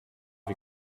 wie